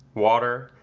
water,